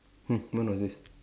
hmm when was this